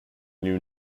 knew